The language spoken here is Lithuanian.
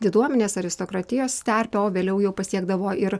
diduomenės aristokratijos terpę o vėliau jau pasiekdavo ir